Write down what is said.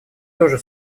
тоже